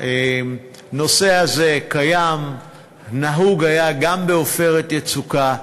הנושא הזה קיים והיה נהוג גם ב"עופרת יצוקה",